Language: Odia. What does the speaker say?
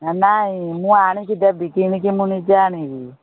ଆ ନାଇଁ ମୁଁ ଆଣିକି ଦେବି କିଣିକି ମୁଁ ନିଜେ ଆଣିବି